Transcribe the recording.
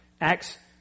acts